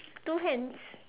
two hands